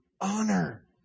honor